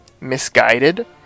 misguided